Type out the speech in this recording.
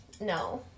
no